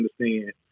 understand